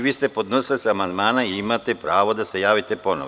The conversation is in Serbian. Vi ste podnosilac amandmana i imate pravo da se javite ponovo.